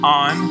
on